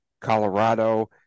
Colorado